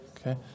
Okay